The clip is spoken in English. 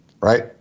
right